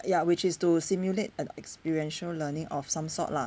ya which is to simulate an experiential learning of some sort lah